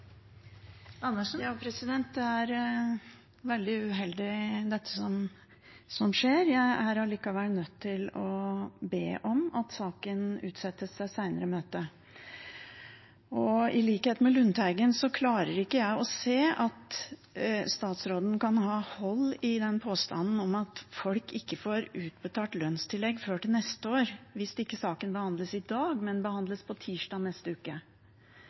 allikevel nødt til å be om at saken utsettes til et senere møte. I likhet med Lundteigen klarer jeg ikke å se at statsråden kan ha hold i påstanden om at folk ikke får utbetalt lønnstillegg før til neste år hvis ikke saken behandles i dag, men på tirsdag neste uke.